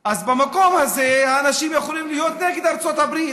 אז במקום הזה אנשים יכולים להיות נגד ארצות הברית.